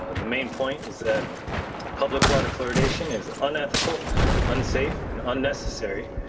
the main point is that public water fluoridation is unethical unsafe and unnecessary.